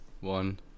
one